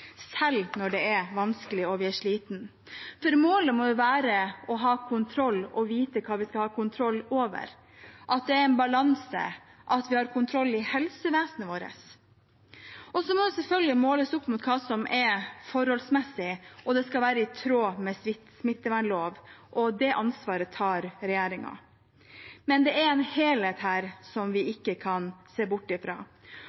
selv når det er vanskelig og vi er slitne, for målet må jo være å ha kontroll og vite hva vi skal ha kontroll over, at det er en balanse, at vi har kontroll i helsevesenet vårt. Så må det selvfølgelig måles opp mot hva som er forholdsmessig, og det skal være i tråd med smittevernloven. Det ansvaret tar regjeringen. Men det er en helhet her vi ikke kan se bort fra, og de tiltakene som